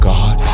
God